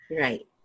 Right